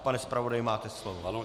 Pane zpravodaji, máte slovo.